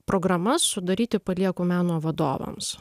programas sudaryti palieku meno vadovams